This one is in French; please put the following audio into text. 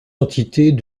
entités